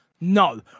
no